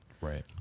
right